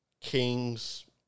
Kings